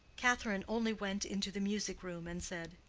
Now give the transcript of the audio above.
catherine only went into the music-room and said,